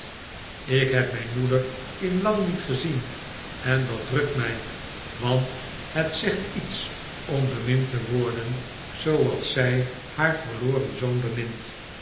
ik heb mijn moeder in lang niet gezien en dat drukt mij want het zegt iets om bemind te worden zooals zij haar verloren zoon bemint